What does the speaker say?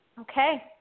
Okay